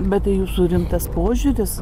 bet tai jūsų rimtas požiūris